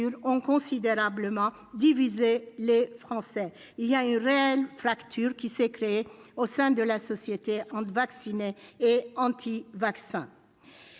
ont considérablement divisé les Français. Une réelle fracture s'est créée au sein de la société entre vaccinés et anti-vaccins.